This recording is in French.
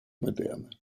moderne